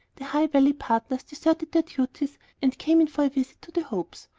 the high valley partners deserted their duties and came in for a visit to the hopes.